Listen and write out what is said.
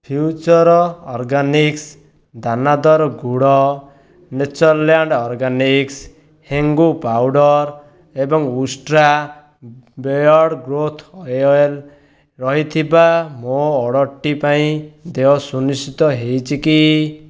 future organics ଦାନାଦାର ଗୁଡ଼ Natureland organics ହେଙ୍ଗୁ ପାଉଡର୍ ଏବଂ ଉଷ୍ଟ୍ରା ବେୟର୍ଡ଼୍ ଗ୍ରୋଥ୍ ଅଏଲ୍ ରହିଥିବା ମୋ' ଅର୍ଡ଼ର୍ଟି ପାଇଁ ଦେୟ ସୁନିଶ୍ଚିତ ହୋଇଛି କି